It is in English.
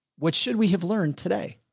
what should we have learned today?